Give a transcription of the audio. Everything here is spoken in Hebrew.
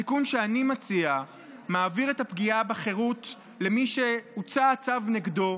התיקון שאני מציע מעביר את הפגיעה בחירות למי שהוצא צו נגדו,